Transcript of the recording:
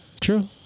true